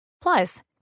Plus